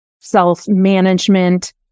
self-management